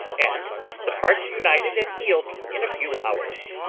and the parts united and healed in a few hours.